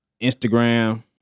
Instagram